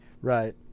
right